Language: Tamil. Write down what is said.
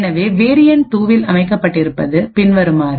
எனவே வேரியண்ட் 2 இல் அமைக்கப்பட்டிருப்பது பின்வருமாறு